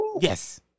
Yes